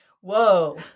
whoa